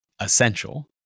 essential